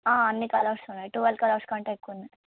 అన్నీ కలర్స్ ఉన్నాయి twelve colours కంటే ఎక్కువ ఉన్నాయి